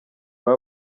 baba